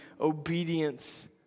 obedience